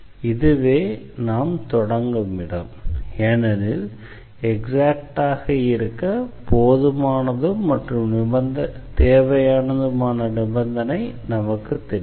இதுவே நாம் தொடங்கும் இடம் ஏனெனில் எக்ஸாக்டாக இருக்க போதுமான மற்றும் தேவையான நிபந்தனை நமக்குத் தெரியும்